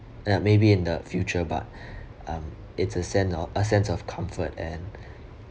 ya maybe in the future but (um)it's a sen~ or a sense of comfort and